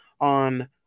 on